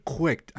quick